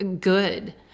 good